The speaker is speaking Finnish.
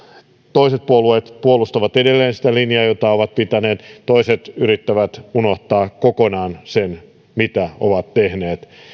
toiset puolueet puolustavat edelleen sitä linjaa jota ovat pitäneet toiset yrittävät unohtaa kokonaan sen mitä ovat tehneet nykyiset